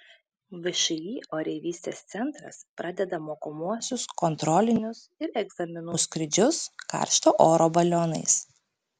všį oreivystės centras pradeda mokomuosius kontrolinius ir egzaminų skrydžius karšto oro balionais